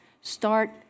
Start